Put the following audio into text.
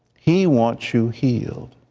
he wants you healed,